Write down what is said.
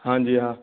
ہاں جی ہاں